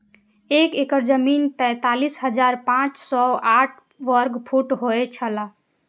एक एकड़ जमीन तैंतालीस हजार पांच सौ साठ वर्ग फुट होय छला